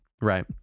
Right